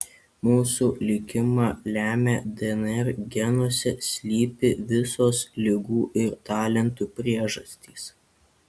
mūsų likimą lemia dnr genuose slypi visos ligų ir talentų priežastys